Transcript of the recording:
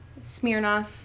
smirnoff